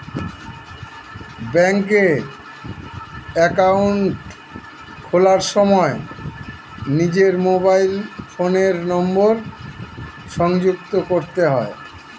ব্যাঙ্কে অ্যাকাউন্ট খোলার সময় নিজের মোবাইল ফোনের নাম্বার সংযুক্ত করতে হয়